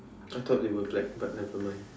I thought they were black but nevermind